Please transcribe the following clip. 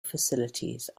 facilities